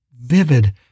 vivid